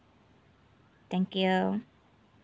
thank you